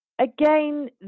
again